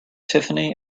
tiffany